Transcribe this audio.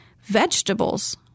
Vegetables